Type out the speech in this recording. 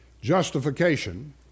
Justification